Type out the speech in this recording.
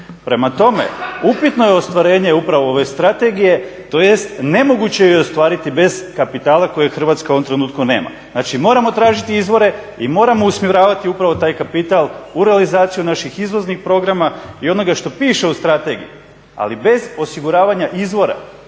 Prema tome, upitno je ostvarenje upravo ove strategije tj. nemoguće ju je ostvariti bez kapitala kojeg Hrvatska u ovom trenutku nema. Znači, moramo tražiti izvore i moramo usmjeravati upravo taj kapital u realizaciju naših izvoznih programa i onoga što piše u strategiji ali bez osiguravanja izvora